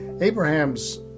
abraham's